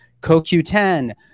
CoQ10